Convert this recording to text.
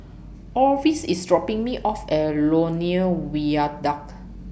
Orvis IS dropping Me off At Lornie Viaduct